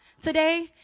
today